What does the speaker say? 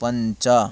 पञ्च